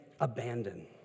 abandon